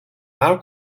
mal